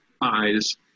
Eyes